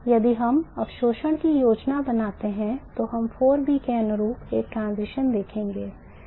यदि हम अवशोषण की योजना बनाते हैं तो हम 4B के अनुरूप एक transition देखेंगे